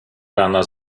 rana